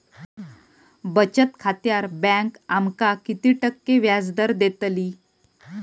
बचत खात्यार बँक आमका किती टक्के व्याजदर देतली?